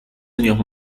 años